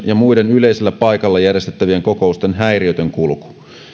ja muiden yleisellä paikalla järjestettävien kokousten häiriötön kulku